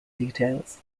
details